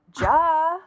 ja